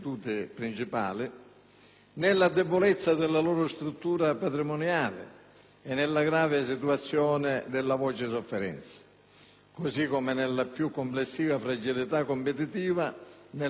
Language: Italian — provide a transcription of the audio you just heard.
nella debolezza della loro struttura patrimoniale e nella grave situazione della voce sofferenza, così come nella più complessiva fragilità competitiva nell'ambito di un settore,